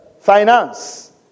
finance